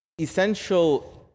essential